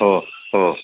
हो हो